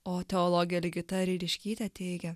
o teologė ligita ryliškytė teigia